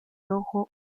rojo